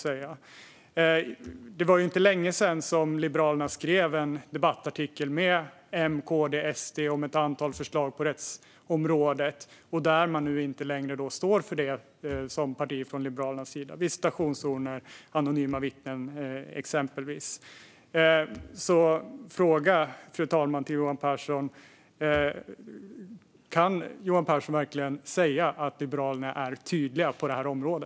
Det var inte länge sedan Liberalerna skrev en debattartikel tillsamman med M, KD och SD om ett antal förslag på rättsområdet. Nu står Liberalerna som parti inte längre för det. Det gäller exempelvis visitationszoner och anonyma vittnen. Fru talman! Min fråga till Johan Pehrson blir därför: Kan Johan Pehrson verkligen säga att Liberalerna är tydliga på detta område?